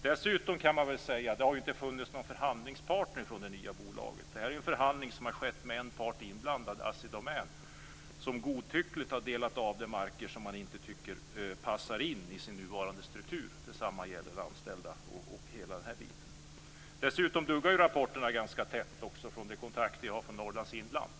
Dessutom kan man säga att det inte har funnits någon förhandlingspartner för det nya bolaget. Det här har varit en förhandling som skett med en part inblandad, nämligen Assi Domän, som godtyckligt har delat av de marker som man inte tycker passar in i sin nuvarande struktur. Detsamma gäller anställda. Rapporterna duggar ganska tätt från de kontakter jag har i Norrlands inland.